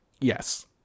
yes